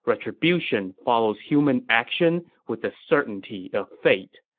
retribution follows human action with the certainty of fate.